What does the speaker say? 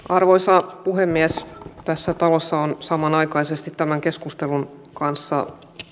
arvoisa puhemies tässä talossa on samanaikaisesti tämän keskustelun kanssa